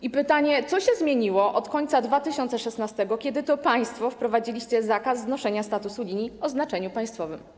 I pytanie: Co się zmieniło od końca 2016 r., kiedy to państwo wprowadziliście zakaz znoszenia statusu linii o znaczeniu państwowym?